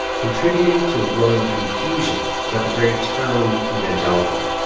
contributing to a growing confusion about the very term evangelical.